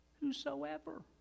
Whosoever